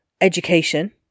education